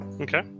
Okay